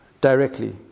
directly